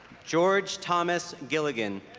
george thomas gilligan